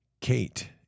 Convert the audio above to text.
Kate